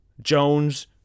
Jones